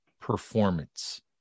performance